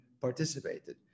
participated